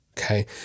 Okay